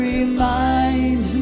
Remind